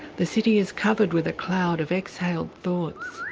the city is covered with a cloud of exhaled thoughts,